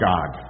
God